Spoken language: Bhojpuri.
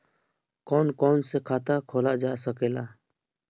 कौन कौन से खाता खोला जा सके ला?